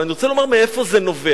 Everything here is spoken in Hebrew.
אבל אני רוצה לומר מאיפה זה נובע.